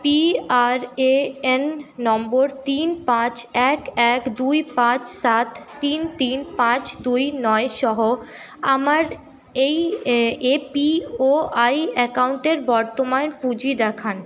PRAN নম্বর তিন পাঁচ এক এক দুই পাঁচ সাত তিন তিন পাঁচ দুই নয় সহ আমার এপিওয়াই অ্যাকাউন্টের বর্তমান পুঁজি দেখান